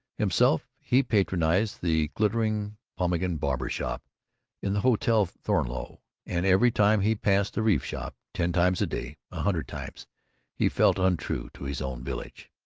himself, he patronized the glittering pompeian barber shop in the hotel thornleigh, and every time he passed the reeves shop ten times a day, a hundred times he felt untrue to his own village.